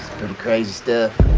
crazy stuff.